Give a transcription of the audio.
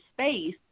space